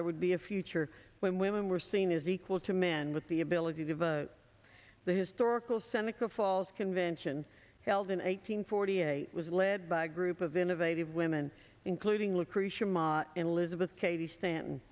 there would be a future when women were seen as equal to men with the ability to vote the historical seneca falls convention held in eight hundred forty eight was led by a group of innovative women including lucretia mott and elizabeth cady stanton